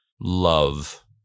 love